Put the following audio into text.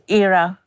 era